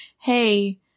hey